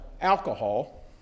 alcohol